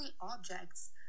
objects